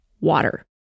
water